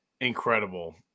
incredible